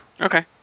Okay